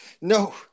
no